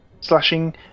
slashing